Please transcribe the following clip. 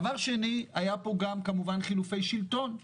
דבר שני, היו פה חילופי שלטון,